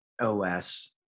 OS